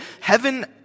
heaven